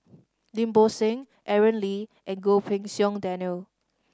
Lim Bo Seng Aaron Lee and Goh Pei Siong Daniel